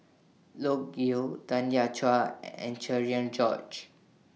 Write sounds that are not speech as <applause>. Loke Yew Tanya Chua <hesitation> and Cherian George